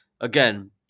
Again